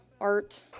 art